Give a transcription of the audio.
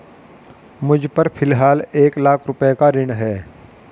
मुझपर फ़िलहाल एक लाख रुपये का ऋण है